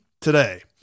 today